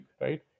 right